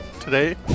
today